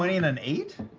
i mean an eight?